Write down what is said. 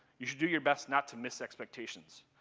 you should do your best not to miss expectations.